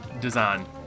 design